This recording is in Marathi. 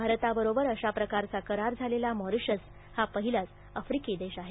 भारताबरोबर अशा प्रकारचा करार झालेला मॉरीशस हा पहिलाच आफ्रिकी देश आहे